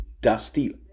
dusty